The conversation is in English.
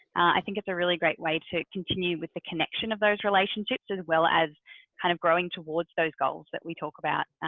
i think it's a really great way to continue with the connection of those relationships, as well as kind of growing towards those goals that we talk about,